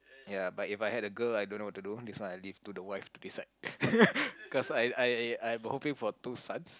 ya but if I had a girl I don't know what to do this one I leave to the wife to decide cause I I I I'm hoping for two sons